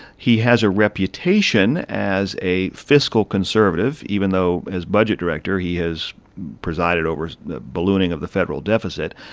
he has a reputation as a fiscal conservative, even though as budget director, he has presided over the ballooning of the federal deficit.